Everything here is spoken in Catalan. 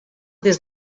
des